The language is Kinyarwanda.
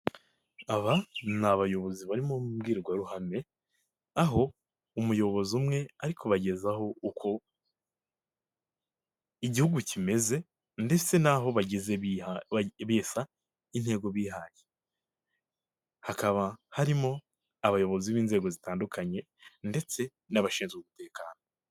Aba ni abayobozi bari mu mbwirwaruhame aho umuyobozi umwe ari kubagezaho uko igihugu kimeze ndetse n'aho bagize bisa intego bihaye, hakaba harimo abayobozi b'inzego zitandukanye ndetse n'abashinzwe umutekano.